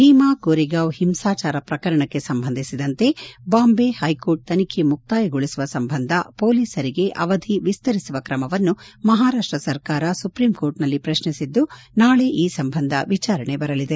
ಭೀಮಾ ಕೋರೆಗಾವ್ ಹಿಂಸಾಚಾರ ಪ್ರಕರಣಕ್ಕೆ ಸಂಬಂಧಿಸಿದಂತೆ ಬಾಂಬೆ ಹೈ ಕೋರ್ಟ್ ತನಿಬೆ ಮುಕ್ತಾಯಗೊಳಿಸುವ ಸಂಬಂಧ ಪೊಲೀಸರಿಗೆ ಅವಧಿ ವಿಸ್ತರಿಸಿರುವ ಕ್ರಮವನ್ನು ಮಹಾರಾಷ್ಟ ಸರ್ಕಾರ ಸುಪ್ರೀಂ ಕೋರ್ಟ್ನಲ್ಲಿ ಪ್ರಶ್ನಿಸಿದ್ದು ನಾಳೆ ಈ ಸಂಬಂಧ ವಿಚಾರಣೆ ಬರಲಿದೆ